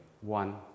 one